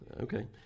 Okay